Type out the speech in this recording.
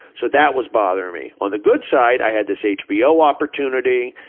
so that was bothering me. on the good side, i had this hbo opportunity,